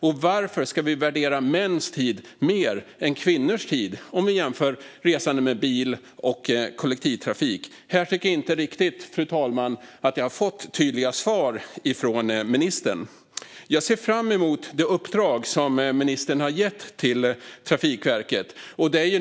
Och varför ska vi värdera mäns tid mer än kvinnors tid om vi jämför resande med bil och kollektivtrafik? Här tycker jag inte riktigt att jag har fått tydliga svar av ministern. Jag ser fram emot det uppdrag som ministern har gett till Trafikverket.